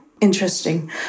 interesting